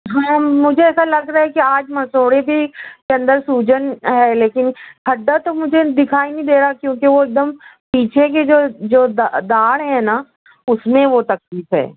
ہاں مجھے ایسا لگ رہا ہے کہ آج مسوڑھے بھی اندر سوجن ہے لیکن کھڈا تو مجھے دِکھائی نہیں دے رہا ہے کیونکہ وہ ایک دم پیچھے کی جو جو داڑ ہے نا اُس میں وہ تکلیف ہے